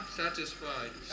satisfied